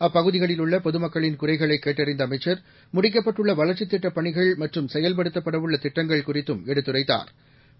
அப்பகுதிகளில் உள்ள பொதுமக்களின் குறைகளை கேட்டறிந்த அமைச்சா் முடிக்கப்பட்டுள்ள வளர்ச்சித் திட்டப்பணிகள் மற்றும் செயல்படுத்தப்படவுள்ள திட்டங்கள் குறித்தும் எடுத்துரைத்தாா்